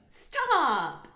Stop